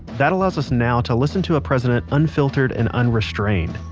that allows us now to listen to a president unfiltered and unrestrained.